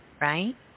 right